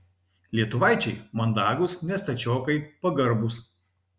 lietuvaičiai mandagūs ne stačiokai pagarbūs